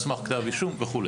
על סמך כתב אישום וכו'?